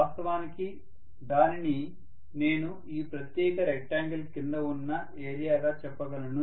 వాస్తవానికి దానిని నేను ఈ ప్రత్యేక రెక్టాంగిల్ కింద ఉన్న ఏరియాగా చెప్పగలను